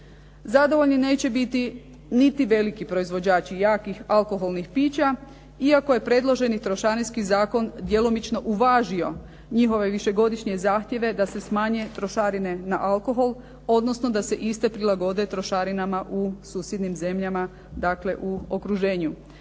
Zadovoljni neće biti niti veliki proizvođači jakih alkoholnih pića, iako je predloženi trošarinski zakon djelomično uvažio njihove višegodišnje zahtjeve da se smanje trošarine na alkohol, odnosno da se iste prilagode trošarinama u susjednim zemljama, dakle u okruženju.